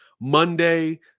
Monday